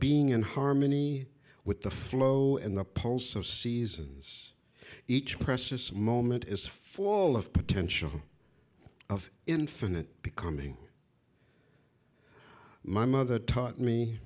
being in harmony with the flow and the pulse of seasons each precious moment is for all of potential of infinite becoming my mother taught me